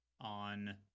on